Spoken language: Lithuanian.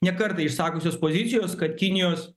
ne kartą išsakiusios pozicijos kad kinijos